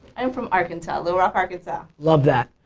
i'm from arkansas, little rock, arkansas. love that.